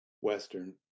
Western